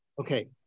okay